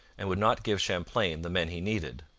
and would not give champlain the men he needed.